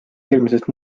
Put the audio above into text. eelmisest